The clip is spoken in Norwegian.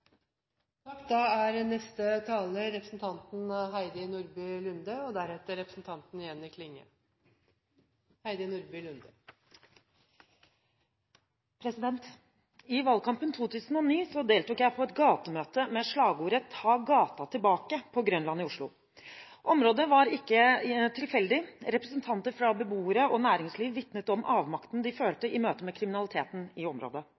I valgkampen 2009 deltok jeg på et gatemøte med slagordet «Ta gata tilbake» på Grønland i Oslo. Området var ikke tilfeldig. Representanter fra beboere og næringsliv vitnet om avmakten de følte i møte med kriminaliteten i området.